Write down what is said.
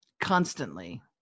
constantly